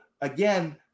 again